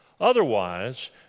Otherwise